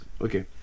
okay